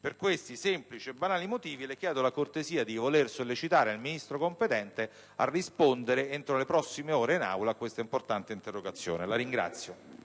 Per questi semplici e banali motivi le chiedo la cortesia di voler sollecitare il Ministro competente a rispondere entro le prossime ore in Aula a quest'importante interrogazione.